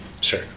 Sure